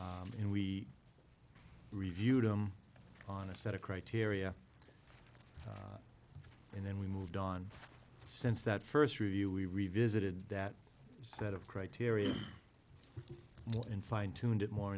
and we review them on a set of criteria and then we moved on since that first review we revisited that set of criteria in fine tuned it more